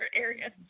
areas